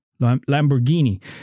Lamborghini